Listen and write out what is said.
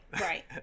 right